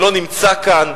שלא נמצא כאן,